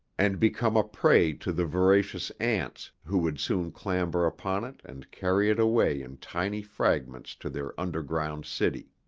and become a prey to the voracious ants who would soon clamber upon it and carry it away in tiny fragments to their underground city.